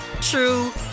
true